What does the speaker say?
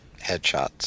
headshots